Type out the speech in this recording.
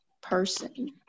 person